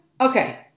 Okay